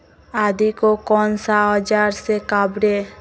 आदि को कौन सा औजार से काबरे?